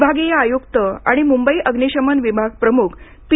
विभागीय आयुक्त आणि मुंबई अग्निशमन विभाग प्रमुख पी